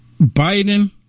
Biden